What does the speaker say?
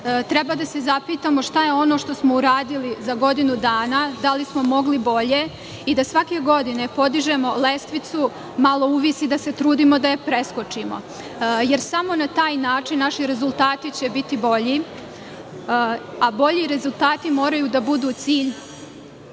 da se zapitamo šta je ono što smo uradili za godinu dana, da li smo mogli bolje i da svake godine podižemo lestvicu malo u vis i da se trudimo da je preskočimo, jer samo na taj način naši rezultati će biti bolji, a bolji rezultati moraju da budu cilj